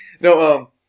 No